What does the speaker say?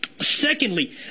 Secondly